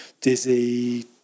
dizzy